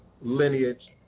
lineage